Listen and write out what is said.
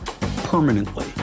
Permanently